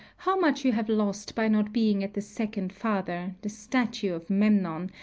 how much you have lost by not being at the second father, the statue of memnon,